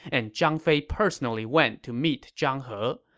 and zhang fei personally went to meet zhang he.